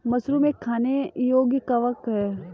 mushroom एक खाने योग्य कवक है